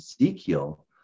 Ezekiel